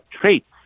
traits